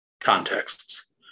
contexts